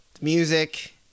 music